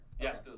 Yes